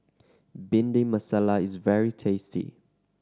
Bhindi Masala is very tasty